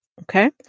Okay